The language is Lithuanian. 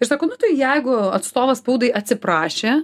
ir sako nu tai jeigu atstovas spaudai atsiprašė